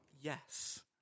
Yes